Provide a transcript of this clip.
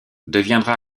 deviendra